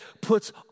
puts